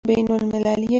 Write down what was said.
بینالمللی